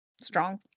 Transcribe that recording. strong